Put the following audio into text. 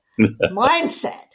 mindset